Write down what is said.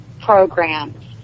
programs